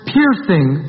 Piercing